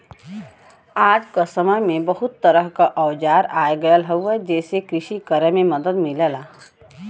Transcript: आज क समय में बहुत तरह क औजार आ गयल हउवे जेसे कृषि करे में मदद मिलला